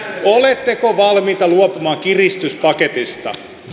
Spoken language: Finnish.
oletteko valmiita luopumaan kiristyspaketista